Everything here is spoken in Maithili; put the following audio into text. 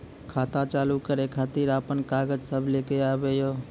खाता चालू करै खातिर आपन कागज सब लै कऽ आबयोक?